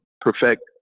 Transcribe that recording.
perfect